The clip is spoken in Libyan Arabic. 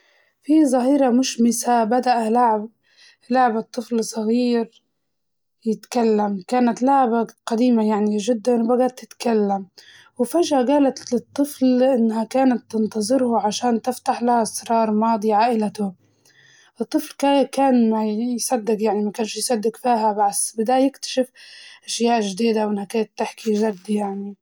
في ظهيرة مشمسة بدأ لعب لعبة طفل صغير يتكلم كانت لعبة قديمة يعني جداً وبقت تتكلم، وفجأة قالت للطفل إنها كانت تنتظره عشان تفتح له أسرار ماضي عائلته، الطفل كان كان ما يصدق يعني ما كانش يصدق فيها بس بدأ يكتشف أشياء جديدة وإنها كانت تحكي جد يعني.